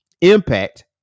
Impact